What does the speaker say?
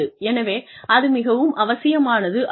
எனவே அது மிகவும் அவசியமானது ஆகும்